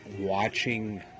watching